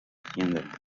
atienda